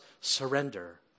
surrender